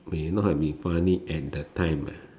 may not have been funny at the time lah